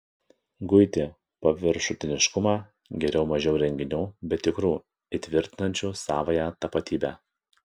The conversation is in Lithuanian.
guiti paviršutiniškumą geriau mažiau renginių bet tikrų įtvirtinančių savąją tapatybę